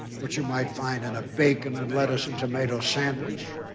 which you might find in a bacon and lettuce and tomato sandwich